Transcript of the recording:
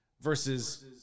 versus